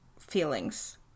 feelings